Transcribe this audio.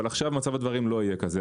אבל עכשיו מצב הדברים לא יהיה כזה,